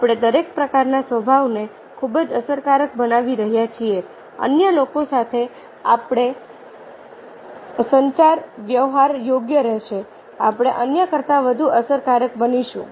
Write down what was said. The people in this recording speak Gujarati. આપણે દરેક પ્રકારના સ્વભાવને ખૂબ જ અસરકારક બનાવી રહ્યા છીએ પછી અન્ય લોકો સાથે આપણો સંચાર વ્યવહાર યોગ્ય રહેશે આપણે અન્ય કરતા વધુ અસરકારક બનીશું